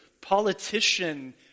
politician